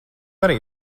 arī